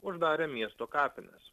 uždarė miesto kapines